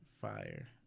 Fire